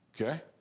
Okay